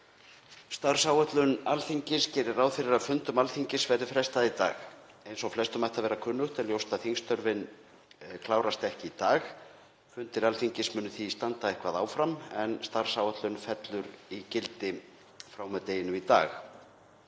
Starfsáætlun Alþingis gerir ráð fyrir að fundum Alþingis verði frestað í dag. Eins og flestum ætti að vera kunnugt er ljóst að þingstörfin klárast ekki í dag. Fundir Alþingis munu því standa eitthvað áfram en starfsáætlunin fellur úr gildi frá og með deginum í dag.